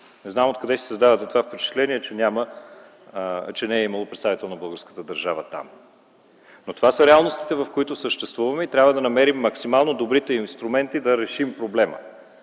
Не знам откъде си създавате това впечатление, че не е имало представител на българската държава там. Това са реалностите, в които съществуваме и трябва да намерим максимално добрите инструменти да решим проблема,